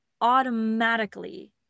automatically